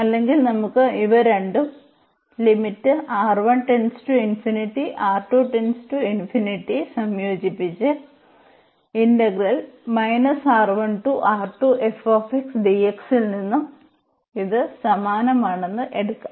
അല്ലെങ്കിൽ നമുക്ക് ഇവ രണ്ടും ഇന്റഗ്രേറ്റ് ചെയ്താൽ ൽ നിന്ന് ഇത് സമാനമാണെന്ന് എടുക്കാം